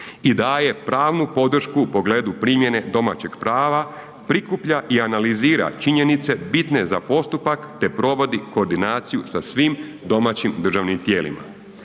i daje pravnu podršku u pogledu primjene domaćeg prava, prikuplja i analizira činjenice bitne za postupak te provodi koordinaciju sa svim domaćim državnim tijelima.